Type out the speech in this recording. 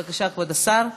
בבקשה, כבוד השר.